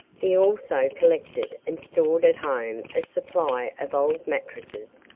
he also collected and stored at home a supply of old mattresses,